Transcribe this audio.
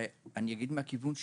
ואגיד מהכיוון שלי,